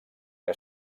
que